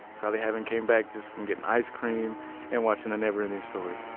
probably having came back just from getting ice cream and watching the neverending story